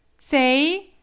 Say